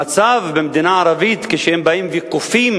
המצב במדינה ערבית, כשהם באים וכופים